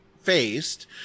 faced